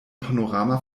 panorama